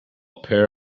pair